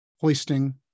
hoisting